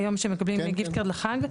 היום שמקבלים ככרטיסי "גיפט-כארד" לחג,